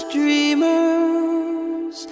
dreamers